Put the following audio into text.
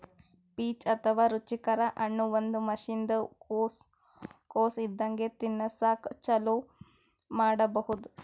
peach ಅಥವಾ ರುಚಿಕರ ಹಣ್ಣ್ ಒಂದ್ ವರ್ಷಿನ್ದ್ ಕೊಸ್ ಇದ್ದಾಗೆ ತಿನಸಕ್ಕ್ ಚಾಲೂ ಮಾಡಬಹುದ್